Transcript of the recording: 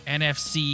nfc